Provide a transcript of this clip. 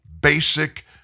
basic